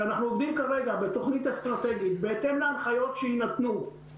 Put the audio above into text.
שאנחנו עובדים כרגע בתוכנית אסטרטגית בהתאם להנחיות שיינתנו,